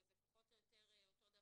זה פחות או יותר אותו הדבר.